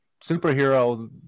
superhero